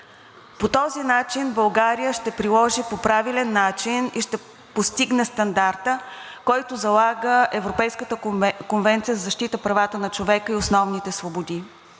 По този начин България ще приложи по правилен начин и ще постигне стандарта, който залага Европейската конвенция за защита правата на човека и основните свободи.